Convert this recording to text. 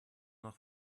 noch